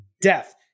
death